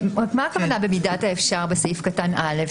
מה הכוונה "במידת האפשר" בסעיף קטן (א)?